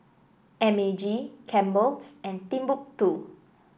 M A G Campbell's and Timbuk two